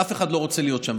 אף אחד לא רוצה להיות שם.